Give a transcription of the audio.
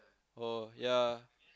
oh yep